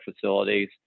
facilities